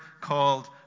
called